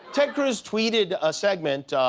ted cruz tweeted a segment,